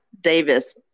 Davis